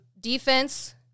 defense